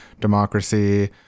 democracy